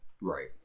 Right